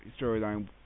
storyline